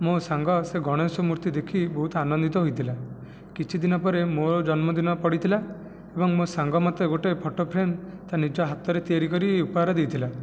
ମୋ' ସାଙ୍ଗ ସେ ଗଣେଶ ମୂର୍ତ୍ତି ଦେଖି ବହୁତ ଆନନ୍ଦିତ ହୋଇଥିଲା କିଛି ଦିନ ପରେ ମୋର ଜନ୍ମ ଦିନ ପଡ଼ିଥିଲା ଏବଂ ମୋ' ସାଙ୍ଗ ମୋତେ ଗୋଟିଏ ଫଟୋ ଫ୍ରେମ୍ ତା' ନିଜ ହାତରେ ତିଆରି କରି ଉପହାର ଦେଇଥିଲା